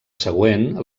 següent